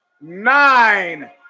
nine